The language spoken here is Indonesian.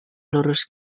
lurus